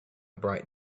bright